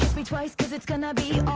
me twice because it's gonna be